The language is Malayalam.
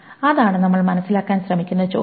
അതാണ് നമ്മൾ മനസ്സിലാക്കാൻ ശ്രമിക്കുന്ന ചോദ്യം